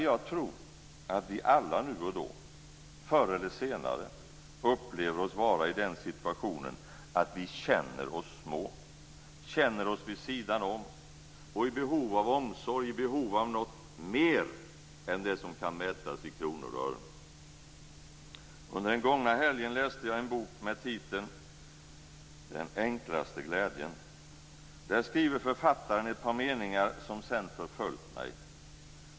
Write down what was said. Jag tror att vi alla nu och då, förr eller senare, upplever oss vara i den situationen att vi känner oss små, känner oss vid sidan om och i behov av omsorg, i behov av något mer än det som kan mätas i kronor och ören. Under den gångna helgen läste jag en bok med titeln Den enklaste glädjen. Där skriver författaren ett par meningar som sedan förföljt mig.